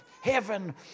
heaven